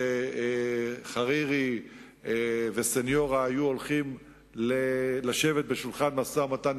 שחרירי וסניורה היו הולכים לשבת בשולחן המשא-ומתן